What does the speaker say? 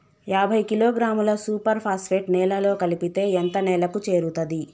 యాభై కిలోగ్రాముల super phosphate నేలలో కలిపితే ఎంత నేలకు చేరుతది?